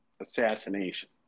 assassination